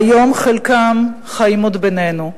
והיום חלקם חיים עוד בינינו.